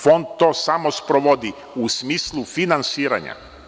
Fond to samo sprovodi u smislu finansiranja.